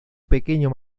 pequeño